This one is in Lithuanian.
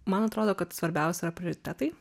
man atrodo kad svarbiausia yra prioritetai